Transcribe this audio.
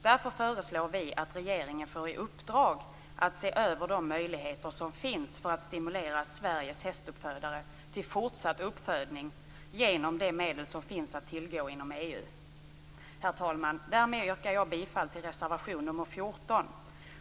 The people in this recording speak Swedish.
Därför föreslår vi att regeringen får i uppdrag att se över de möjligheter som finns för att stimulera Sveriges hästuppfödare till fortsatt uppfödning genom de medel som finns att tillgå inom EU. Herr talman! Därmed yrkar jag bifall till reservation nr 14.